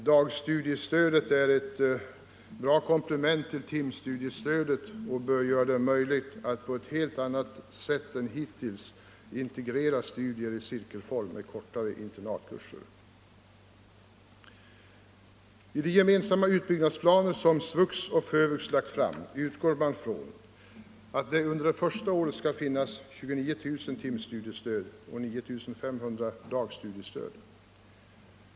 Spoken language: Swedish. Dagstudiestödet är ett utmärkt komplement till timstudiestödet och bör göra det möjligt att på ett helt annat sätt än hittills integrera studier i cirkelform med kortare internatkurser. I de gemensamma utbyggnadsplaner som SVUX och FÖVUX lagt fram utgår man från att det under det första året skall finnas 29000 timstudiestöd och 9 500 dagstudiestöd.